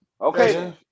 Okay